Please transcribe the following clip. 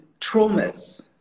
traumas